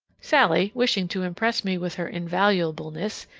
sallie, wishing to impress me with her invaluableness,